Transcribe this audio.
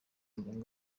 muryango